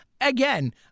again—